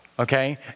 Okay